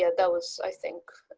yeah that was i think,